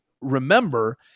remember